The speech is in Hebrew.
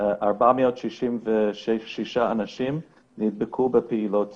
466 אנשים נדבקו בפעילות ספורט.